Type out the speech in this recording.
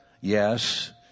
yes